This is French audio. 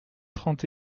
trente